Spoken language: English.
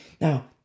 Now